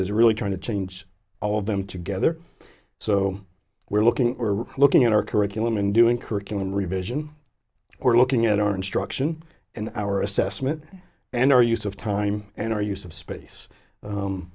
is really trying to change all of them together so we're looking we're looking at our curriculum and doing curriculum revision or looking at our instruction and our assessment and our use of time and our use of space